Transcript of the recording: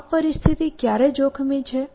આ પરિસ્થિતિ ક્યારે જોખમી છે